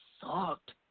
sucked